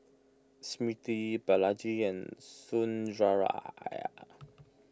Smriti Balaji and Sundaraiah